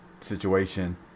situation